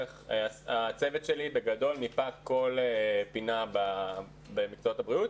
הצוות שלי בגדול מיפה כל פינה במקצועות הבריאות